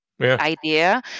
Idea